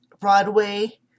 Broadway